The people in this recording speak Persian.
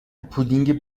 پودینگ